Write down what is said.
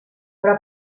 però